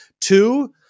Two